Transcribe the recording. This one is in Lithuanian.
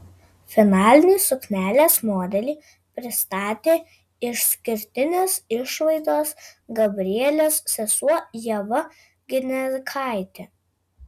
finalinį suknelės modelį pristatė išskirtinės išvaizdos gabrielės sesuo ieva gineikaitė